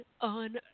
on